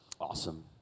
Awesome